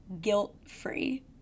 Guilt-Free